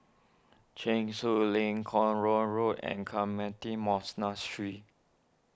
Cheng Soon Lane Kuo Road Road and Carmelite Monastery